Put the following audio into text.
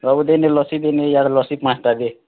ରଘୁ ଦେନି ଲସି ଦେନି ଇଆଡ଼େ ଲସି ପାଞ୍ଚ୍ ଟା ଦେ